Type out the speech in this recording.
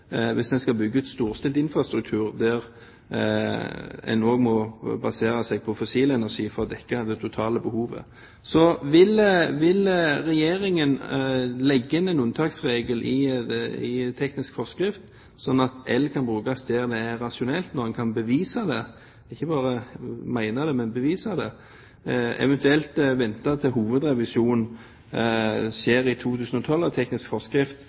hvis man skal bygge en storstilt infrastruktur der en også må basere seg på fossil energi for å dekke det totale behovet. Så vil Regjeringen legge inn en unntaksregel i teknisk forskrift, sånn at el kan brukes der det er rasjonelt når en kan bevise det – ikke bare mene det, men bevise det – eventuelt vente til hovedrevisjonen av teknisk forskrift